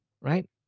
right